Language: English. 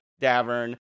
Davern